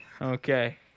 Okay